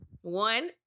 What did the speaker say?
One